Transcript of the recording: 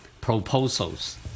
proposals